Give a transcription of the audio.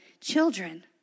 Children